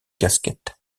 casquette